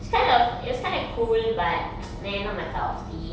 it's kind of it's kind of cool but meh not my cup of tea